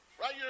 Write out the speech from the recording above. right